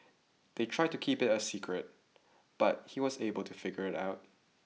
they tried to keep it a secret but he was able to figure it out